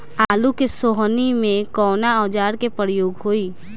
आलू के सोहनी में कवना औजार के प्रयोग होई?